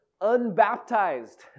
unbaptized